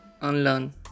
unlearn